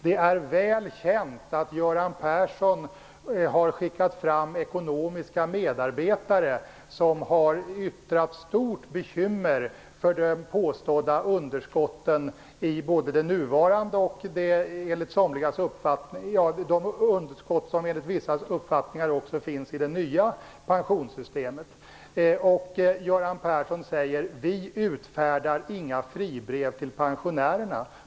Det är väl känt att Göran Persson har skickat fram ekonomiska medarbetare som har uttryckt stort bekymmer för de underskott som enligt vissas uppfattning finns också i det nya pensionssystemet. Göran Persson säger: Vi utfärdar inga fribrev till pensionärerna.